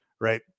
right